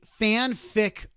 fanfic